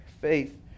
faith